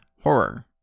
horror